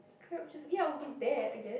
ya we'll be there I guess